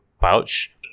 pouch